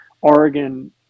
oregon